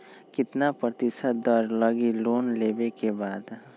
कितना प्रतिशत दर लगी लोन लेबे के बाद?